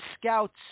scouts